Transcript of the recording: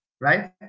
right